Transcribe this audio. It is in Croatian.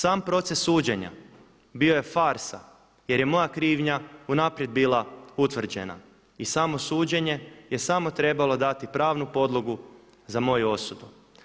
Sam proces suđenja bio je farsa jer je moja krivnja unaprijed bila utvrđena i samo suđenje je samo trebalo dati pravnu podlogu za moju osudu.